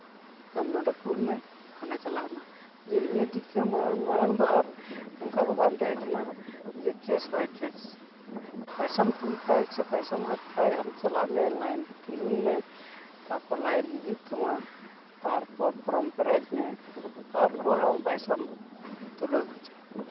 ᱟᱢ ᱱᱚᱰᱮ ᱠᱩᱞᱢᱮ ᱦᱟᱸᱰᱮ ᱪᱟᱞᱟᱣᱱᱟ ᱡᱮ ᱱᱤᱭᱟᱹ ᱫᱤᱠ ᱫᱚ ᱢᱟᱲᱟᱝ ᱫᱚ ᱟᱨ ᱚᱱᱠᱟ ᱫᱚ ᱵᱟᱝ ᱛᱟᱦᱮᱸ ᱠᱟᱱᱟ ᱡᱮ ᱠᱮᱥ ᱵᱟᱭ ᱠᱮᱥ ᱯᱚᱭᱥᱟᱢ ᱠᱩᱞ ᱠᱷᱟᱡ ᱥᱮ ᱯᱤᱭᱥᱟᱢ ᱦᱟᱛ ᱠᱷᱟᱡ ᱟᱢ ᱪᱟᱞᱟᱜ ᱢᱮ ᱞᱟᱭᱤᱱ ᱨᱮ ᱛᱤᱸᱜᱩᱱ ᱢᱮ ᱛᱟᱨᱯᱚᱨ ᱞᱟᱭᱤᱱ ᱦᱤᱡᱩᱜ ᱛᱟᱢᱟ ᱛᱟᱨᱯᱚᱨ ᱯᱷᱨᱚᱢ ᱯᱮᱨᱮᱡᱽ ᱢᱮ ᱛᱟᱨᱯᱚᱨ ᱟᱢ ᱯᱚᱭᱥᱟᱢ ᱛᱩᱞᱟᱹᱣ ᱦᱚᱪᱚᱜᱼᱟ